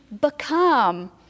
become